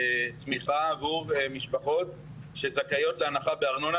על תמיכה עבור משפחות שזכאיות להנחה בארנונה,